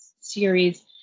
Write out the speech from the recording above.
series